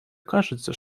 кажется